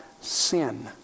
sin